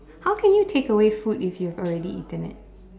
how can you take away food if you've already eaten it